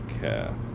care